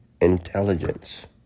intelligence